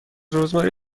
رزماری